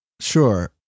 Sure